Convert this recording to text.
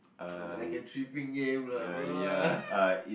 like a tripping game lah bro